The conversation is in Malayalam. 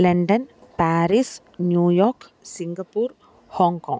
London Paris New York Singapore Hong Kong